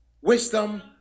wisdom